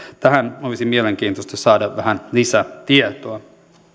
tästä olisi mielenkiintoista saada vähän lisätietoa